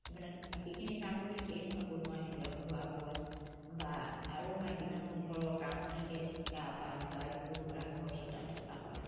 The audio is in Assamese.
মানে বাকীখিনি কামটো থাকেই নহয় বনোৱা সিজোৱা খোৱা বোৱা বা আৰু মাইকী মানুহ ঘৰৰ কামো থাকে গা পা ধোৱা এইবোৰ কৰা ঘৰ চোতাল চাফা কৰা